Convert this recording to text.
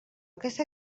aquesta